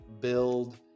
build